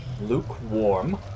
lukewarm